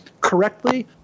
correctly